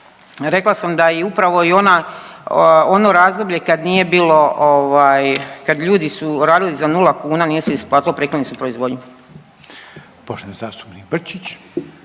rekla sam da i upravo ona, ono razdoblje kad nije bilo kad ljudi su radili za 0 kuna, nije se isplatilo, prekinuli su proizvodnju.